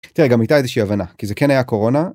תראה גם היתה איזה שהיא אי הבנה כי זה כן היה קורונה.